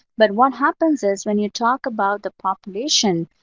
but what happens is when you talk about the population,